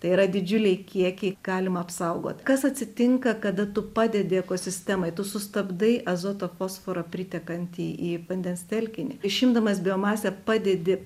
tai yra didžiuliai kiekiai galima apsaugot kas atsitinka kada tu padedi ekosistemai tu sustabdai azoto fosforą pritekantį į vandens telkinį išimdamas biomasę padedi